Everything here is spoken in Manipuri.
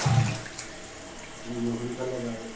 ꯎꯝ ꯇꯨꯡꯒꯤ ꯋꯥꯈꯟ ꯈꯟꯂꯒ